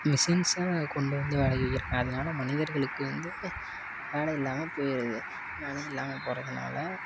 மிஷின்ஸை கொண்டு வந்து வேலைக்கு வைக்கிறாங்க அதனால் மனிதர்களுக்கு வந்து வேலை இல்லாமல் போயிருது வேலை இல்லாமல் போகறதுனால